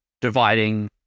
dividing